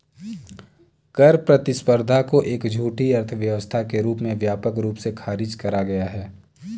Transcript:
कर प्रतिस्पर्धा को एक झूठी अर्थव्यवस्था के रूप में व्यापक रूप से खारिज करा गया है